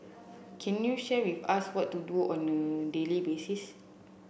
can you share with us what to do on a daily basis